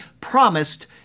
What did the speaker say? promised